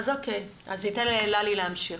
אז ללי תמשיכי.